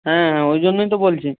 হ্যাঁ হ্যাঁ ওই জন্যই তো বলছি